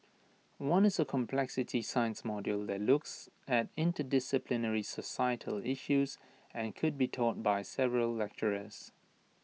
one is A complexity science module that looks at interdisciplinary societal issues and could be taught by several lecturers